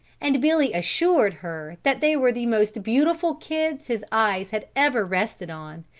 and billy assured her that they were the most beautiful kids his eyes had ever rested on,